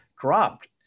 dropped